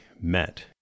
met